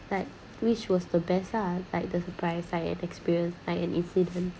like which was the best ah like the surprise I experienced like an incident